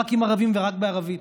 רק עם ערבים ורק בערבית.